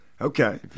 Okay